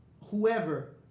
whoever